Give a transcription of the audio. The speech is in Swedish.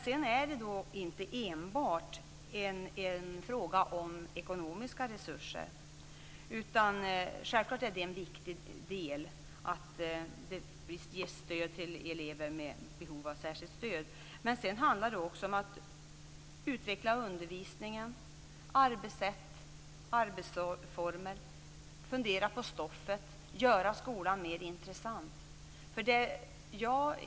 Sedan är det inte enbart en fråga om ekonomiska resurser. Självklart är det en viktig del att det ges stöd till elever med behov av särskilt stöd. Men sedan handlar det också om att utveckla undervisning, arbetssätt och arbetsformer. Det handlar om att fundera över stoffet och om att göra skolan mer intressant.